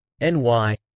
NY